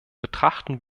betrachten